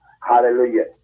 Hallelujah